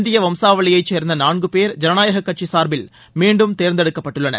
இந்திய வம்சாவளியைச் சேர்ந்த நான்கு பேர் ஜனநாயக கட்சி சார்பில் மீண்டும் தேர்ந்தெடுக்கப்பட்டுள்ளனர்